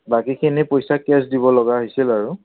বাকীখিনি পইচা কেছ দিব লগা হৈছিল আৰু